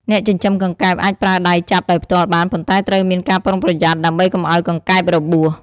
អ្នកចិញ្ចឹមកង្កែបអាចប្រើដៃចាប់ដោយផ្ទាល់បាន ប៉ុន្តែត្រូវមានការប្រុងប្រយ័ត្នដើម្បីកុំឲ្យកង្កែបរបួស។